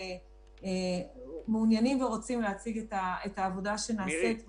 ומעוניינים ורוצים להציג את העבודה שנעשית.